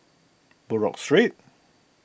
Buroh Street